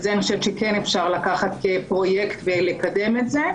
את זה אני חושבת שכן ניתן לקחת כפרויקט ולקדם את זה,